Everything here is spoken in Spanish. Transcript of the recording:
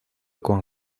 con